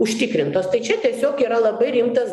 užtikrintos tai čia tiesiog yra labai rimtas